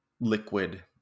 liquid